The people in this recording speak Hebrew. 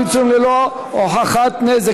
פיצויים ללא הוכחת נזק),